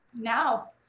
Now